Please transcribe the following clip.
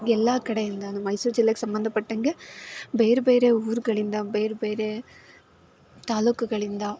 ಎಲ್ಲ ಕಡೆಯಿಂದಲೂ ಮೈಸೂರು ಜಿಲ್ಲೆಗೆ ಸಂಬಂಧ ಪಟ್ಟಂತೆ ಬೇರೆ ಬೇರೆ ಊರುಗಳಿಂದ ಬೇರೆ ಬೇರೆ ತಾಲ್ಲೂಕುಗಳಿಂದ